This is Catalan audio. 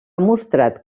mostrat